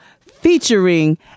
featuring